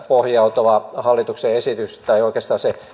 pohjautuva hallituksen esitys tai oikeastaan se